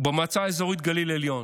ובמועצה האזורית גליל עליון.